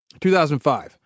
2005